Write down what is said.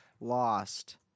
Lost